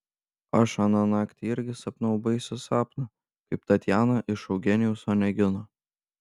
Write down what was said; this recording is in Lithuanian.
aš aną naktį irgi sapnavau baisų sapną kaip tatjana iš eugenijaus onegino